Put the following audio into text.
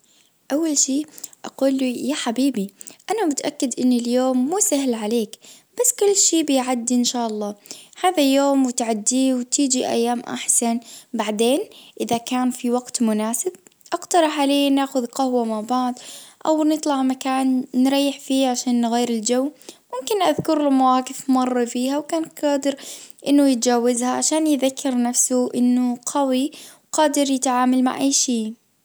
اول شي اقول له يا حبيبي انا متأكد ان اليوم مو سهل عليك. بس كل شي بيعدي ان شا الله. هذا يوم وتعديه وتيجي ايام احسن بعدين اذا كان في وقت مناسب. اقترح عليه ناخد قهوة مع بعض او نطلع مكان نريح فيه عشان نغير الجو ممكن اذكر له مواقف مر فيها وكانت قادر انه يتجاوزها عشان يذكر نفسه انه قوي قادر يتعامل مع اي شي.